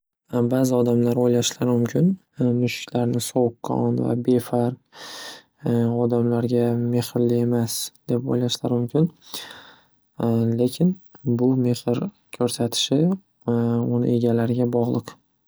Ba'zi odamlar o'ylashlari mumkin mushuklarni sovuqqon va befarq, odamlarga mehrli emas deb o‘ylashlari mumkin. Lekin bu mehr ko‘rsatishi uni egalariga bog‘liq.